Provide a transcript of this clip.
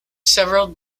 several